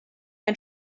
ein